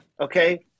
Okay